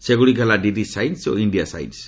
ସେଗୁଡ଼ିକ ହେଲା DD Science ଓ ଇଣ୍ଡିଆ ସାଇନ୍ସ